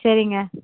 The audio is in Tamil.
சரிங்க